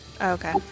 Okay